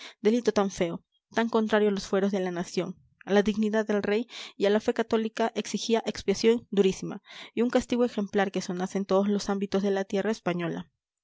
delito tan feo tan contrario a los fueros de la nación a la dignidad del rey y a la fe católica exigía expiación durísima y un castigo ejemplar que sonase en todos los ámbitos de la tierra española